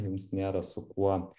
jums nėra su kuo